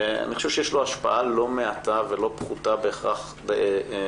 אני חושב שיש לו השפעה לא מעטה ולא פחותה בהכרח מחקיקה.